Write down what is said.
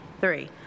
three